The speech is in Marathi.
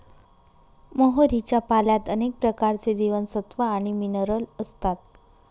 मोहरीच्या पाल्यात अनेक प्रकारचे जीवनसत्व आणि मिनरल असतात